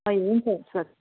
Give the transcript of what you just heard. ए हुन्छ हुन्छ